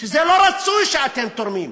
ש-זה לא רצוי, שאתם תורמים.